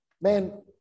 man